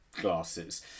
glasses